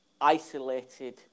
isolated